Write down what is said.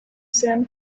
sand